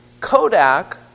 Kodak